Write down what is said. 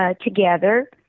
together